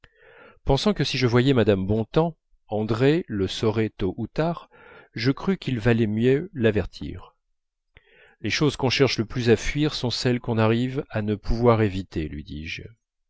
pensant que si je voyais mme bontemps andrée le saurait tôt ou tard je crus qu'il valait mieux l'avertir les choses qu'on cherche le plus à fuir sont celles qu'on arrive à ne pouvoir éviter lui dis-je